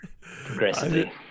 progressively